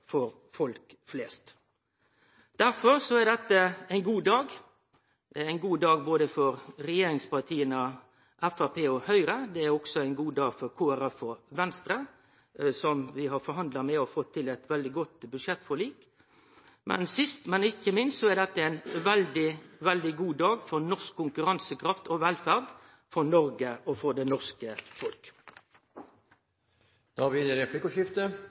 for folk flest. Derfor er dette ein god dag. Det er ein god dag for regjeringspartia Framstegspartiet og Høgre. Det er også ein god dag for Kristeleg Folkeparti og Venstre, som vi har forhandla med og fått til eit veldig godt budsjettforlik med. Sist, men ikkje minst, er dette ein veldig god dag for norsk konkurransekraft og velferd, for Noreg og for det norske folk. Det blir replikkordskifte.